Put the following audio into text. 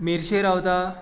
मेरशे रावता